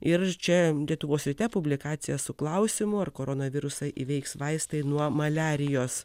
ir čia lietuvos ryte publikacija su klausimu ar koronavirusą įveiks vaistai nuo maliarijos